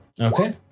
Okay